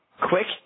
Quick